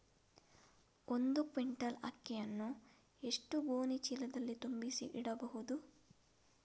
ಒಂದು ಕ್ವಿಂಟಾಲ್ ಅಕ್ಕಿಯನ್ನು ಎಷ್ಟು ಗೋಣಿಚೀಲದಲ್ಲಿ ತುಂಬಿಸಿ ಇಡಬಹುದು?